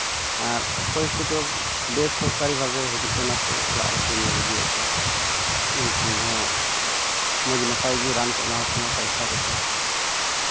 ᱟᱨ ᱚᱠᱚᱭ ᱠᱚᱫᱚ ᱵᱮᱥᱚᱨᱠᱟᱨᱤ ᱵᱷᱟᱵᱮ ᱦᱤᱡᱩᱜ ᱠᱟᱱᱟ ᱠᱚ ᱚᱲᱟᱜ ᱨᱮᱠᱚ ᱧᱮᱞ ᱤᱫᱤᱭᱮᱫ ᱠᱚᱣᱟ ᱩᱱᱠᱩ ᱦᱚᱸ ᱢᱚᱡᱽ ᱱᱟᱯᱟᱭ ᱜᱮ ᱨᱟᱱ ᱠᱚ ᱮᱢᱟᱣ ᱠᱚ ᱠᱟᱱᱟ ᱯᱚᱭᱥᱟ ᱠᱚᱛᱮ